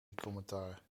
commentaar